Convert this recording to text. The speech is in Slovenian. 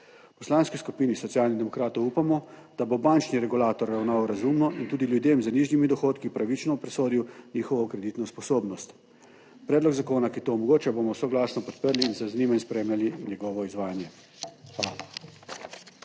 Poslanski skupini Socialnih demokratov upamo, da bo bančni regulator ravnal razumno in tudi ljudem z nižjimi dohodki pravično presodil njihovo kreditno sposobnost. Predlog zakona, ki to omogoča, bomo soglasno podprli in z zanimanjem spremljali njegovo izvajanje.